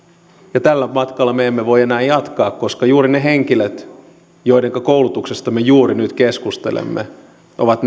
ja tällä matkalla me emme voi enää jatkaa koska juuri ne henkilöt joidenka koulutuksesta me juuri nyt keskustelemme ovat